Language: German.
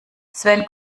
sven